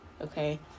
okay